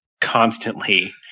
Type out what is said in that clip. constantly